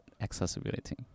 accessibility